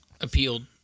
appealed